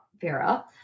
Vera